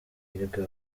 amahirwe